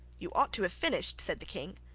you ought to have finished said the king.